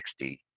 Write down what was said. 60